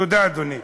תודה, אדוני.